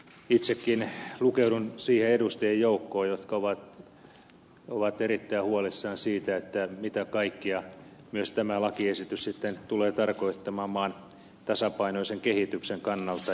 itsekin lukeudun siihen edustajien joukkoon joka on erittäin huolissaan siitä mitä kaikkea myös tämä lakiesitys sitten tulee tarkoittamaan maan tasapainoisen kehityksen kannalta